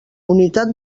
unitat